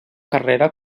carrera